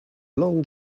long